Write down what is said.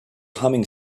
humming